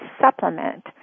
supplement